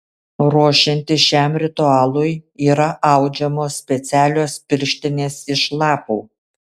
ruošiantis šiam ritualui yra audžiamos specialios pirštinės iš lapų